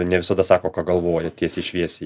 ne visada sako ką galvoja tiesiai šviesiai